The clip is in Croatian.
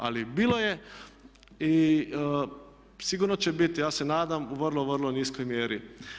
Ali bilo je i sigurno će biti, ja se nadam u vrlo, vrlo niskoj mjeri.